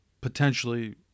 potentially